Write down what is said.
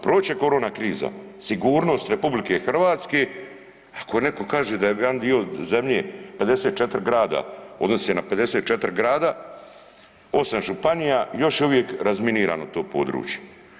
Proći će corona kriza, sigurnost RH ako netko kaže da je jedan dio zemlje 54 grada, odnosi se na 54 grada, 8 županija još je uvijek razminirano to područje.